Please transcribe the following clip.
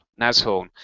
Nashorn